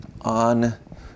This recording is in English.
on